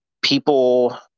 people